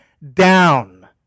down